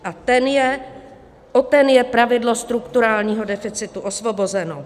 A o ten je pravidlo strukturálního deficitu osvobozeno.